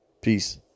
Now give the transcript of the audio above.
Peace